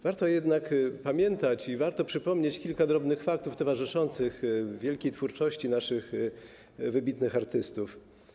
Warto jednak pamiętać i warto przypomnieć kilka drobnych faktów towarzyszących wielkiej twórczości naszych wybitnych artystów.